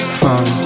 fun